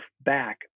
back